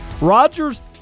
Rodgers